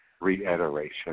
reiteration